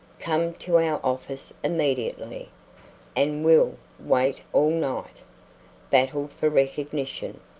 come to our office immediately and will wait all night battled for recognition.